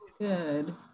Good